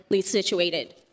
situated